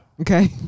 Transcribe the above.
Okay